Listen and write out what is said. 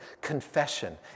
Confession